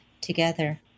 together